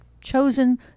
chosen